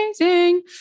amazing